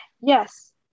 Yes